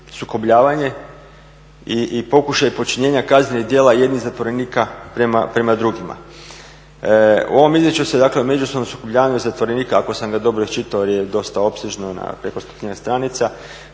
sukobljavanje i pokušaj počinjenja kaznenih djela jednih zatvorenika prema drugima. U ovom izvješću se dakle o međusobnom sukobljavanju zatvorenika, ako sam ga dobro iščitao jer je dosta opsežno na preko 100-njak stranica,